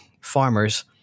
farmers